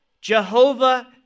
Jehovah